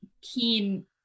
Keen